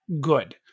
good